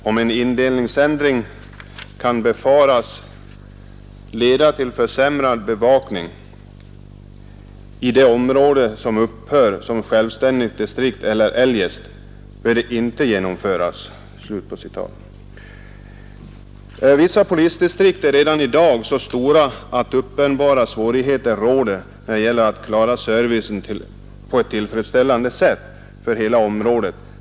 Om en indelningsändring kan befaras leda till försämrad bevakning — i det område som upphör som självständigt distrikt eller eljest — bör den inte genomföras.” Vissa polisdistrikt är redan i dag så stora att uppenbara svårigheter råder när det gäller att klara servicen på ett tillfredsställande sätt för hela området.